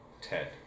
Ted